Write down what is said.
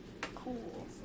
Cool